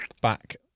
back